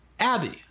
Abby